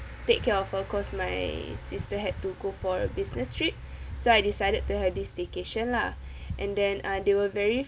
take care of her because my sister had to go for a business trip so I decided to have this staycation lah and then uh they were very